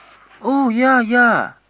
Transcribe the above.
oh yea yea